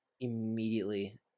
immediately